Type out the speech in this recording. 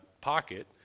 pocket